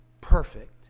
perfect